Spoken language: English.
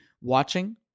watching